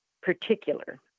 particular